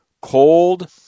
cold